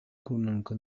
kunanuka